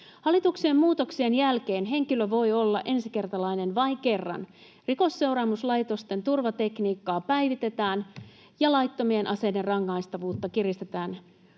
Hallituksen muutoksien jälkeen henkilö voi olla ensikertalainen vain kerran. Rikosseuraamuslaitosten turvatekniikkaa päivitetään, ja laittomien aseiden rangaistavuutta kiristetään.